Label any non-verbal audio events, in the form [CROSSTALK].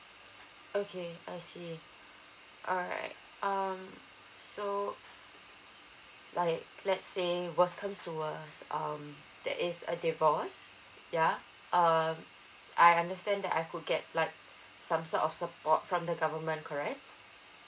okay I see [BREATH] alright um so [BREATH] like let's say worst come to worst um there is a divorce ya um I understand that I could get like some sort of support from the government correct